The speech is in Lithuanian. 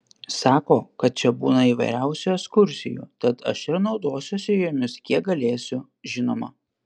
sako kad čia būna įvairiausių ekskursijų tad aš ir naudosiuosi jomis kiek galėsiu žinoma